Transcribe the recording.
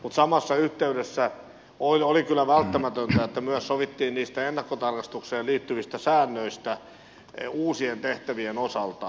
mutta samassa yhteydessä oli kyllä välttämätöntä että myös sovittiin niistä ennakkotarkastukseen liittyvistä säännöistä uusien tehtävien osalta